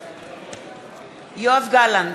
בעד יואב גלנט,